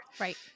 right